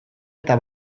eta